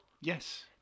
Yes